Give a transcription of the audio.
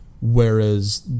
Whereas